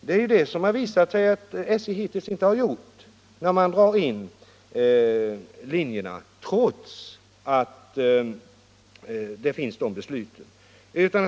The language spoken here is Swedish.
Det har ju visat sig att SJ hittills inte gjort detta när företaget dragit in busslinjer.